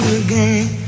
again